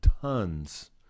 tons